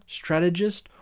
strategist